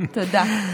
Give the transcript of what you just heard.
תודה.